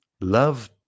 Love